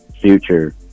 Future